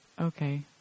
Okay